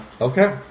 Okay